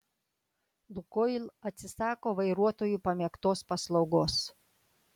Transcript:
lukoil atsisako vairuotojų pamėgtos paslaugos